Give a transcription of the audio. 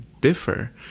differ